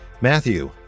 Matthew